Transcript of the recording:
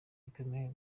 gikomeye